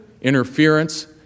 interference